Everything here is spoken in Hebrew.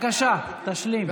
בבקשה, תשלים.